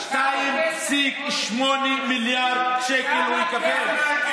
2.8 מיליארד שקל הם יקבלו.